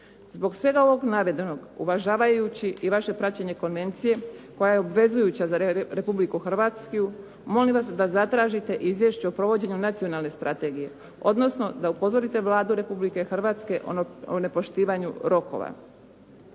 Zbog svega ovog navedenog, uvažavajući i vaše praćenje konvencije koja je obvezujuća za Republiku Hrvatsku, molim vas da zatražite Izvješće o provođenju Nacionalne strategije odnosno da upozorite Vladu Republike Hrvatske o nepoštivanju rokova.